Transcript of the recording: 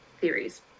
theories